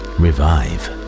revive